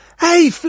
Hey